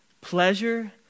pleasure